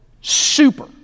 super